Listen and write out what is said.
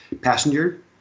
passenger